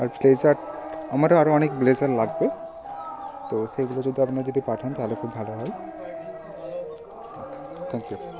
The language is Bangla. আর ব্লেজার আমারও আরও অনেক ব্লেজার লাগবে তো সেগুলো যদি আপনার যদি পাঠান তাহলে খুব ভালো হয় থ্যাংক ইউ